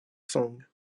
sang